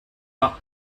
are